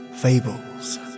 fables